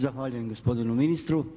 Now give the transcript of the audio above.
Zahvaljujem gospodinu ministru.